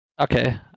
Okay